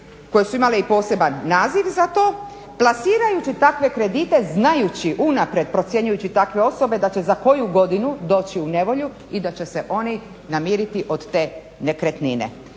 koje su imale i poseban naziv za to plasirajući takve kredite znajući unaprijed procjenjujući takve osobe da će za koju godinu doći u nevolju i da će se oni namiriti od te nekretnine.